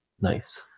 Nice